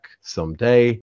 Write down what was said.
someday